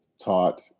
taught